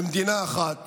במדינה אחת